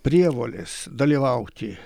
prievolės dalyvauti